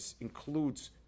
includes